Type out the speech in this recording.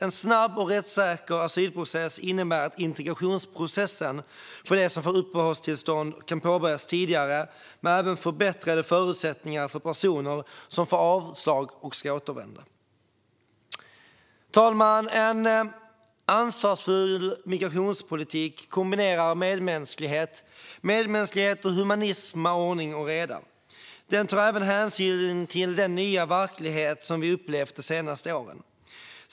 En snabb och rättssäker asylprocess innebär att integrationsprocessen för dem som får uppehållstillstånd kan påbörjas tidigare, men det betyder även förbättrade förutsättningar för personer som får avslag och ska återvända. Fru talman! En ansvarsfull migrationspolitik kombinerar medmänsklighet och humanism med ordning och reda. Den tar även hänsyn till den nya verklighet som vi har upplevt under de senaste åren.